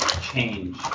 change